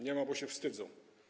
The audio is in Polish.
Nie ma, bo się wstydzą.